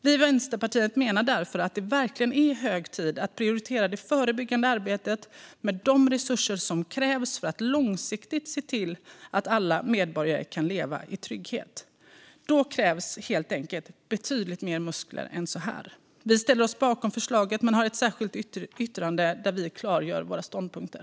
Vi i Vänsterpartiet menar därför att det verkligen är hög tid att prioritera det förebyggande arbetet med de resurser som krävs för att långsiktigt se till att alla medborgare kan leva i trygghet. Då krävs helt enkelt betydligt mer muskler än så här. Vi ställer oss bakom förslaget men har ett särskilt yttrande där vi klargör våra ståndpunkter.